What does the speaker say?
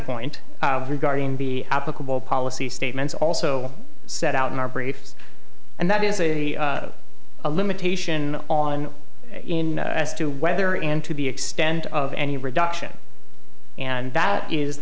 point regarding the applicable policy statements also set out in our briefs and that is a a limitation on in as to whether and to the extent of any reduction and that is